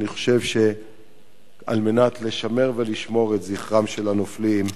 אני חושב שכדי לשמר ולשמור את זכרם של הנופלים,